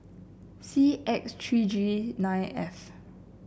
C X three G nine F